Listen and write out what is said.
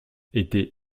était